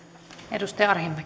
arvoisa